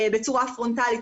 בצורה פרונטאלית,